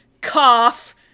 cough